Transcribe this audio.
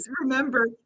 remember